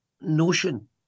notion